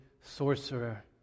sorcerer